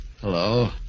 Hello